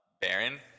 Baron